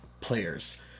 players